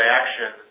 action